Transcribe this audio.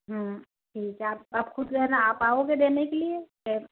ठीक है आप खुश है न आप आप आओगे देने के लिए